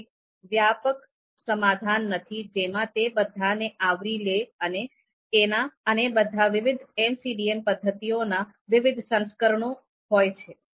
ત્યાં એક વ્યાપક સમાધાન નથી જેમાં તે બધા ને આવરી લે અને બધા વિવિધ MCDM પદ્ધતિઓના વિવિધ સંસ્કરણો હોય છે